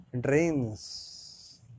drains